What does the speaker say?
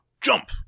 Jump